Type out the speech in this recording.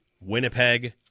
Winnipeg